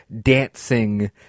dancing